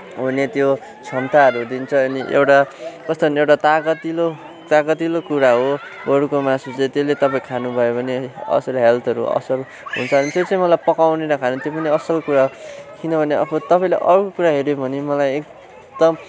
हुने त्यो क्षमताहरू दिन्छ अनि एउटा कस्तो भने एउटा तागतिलो तागतिलो कुरा हो गोरुको मासु चाहिँ त्यसले तपाईँ खानुभयो भने असर हेल्थहरू असर हुन्छ अनि त्यो चाहिँ मलाई पकाउने र खाने त्यो पनि असल कुरा हो किनभने अब तपाईँले अरू कुरा हेऱ्यो भने मलाई एकदम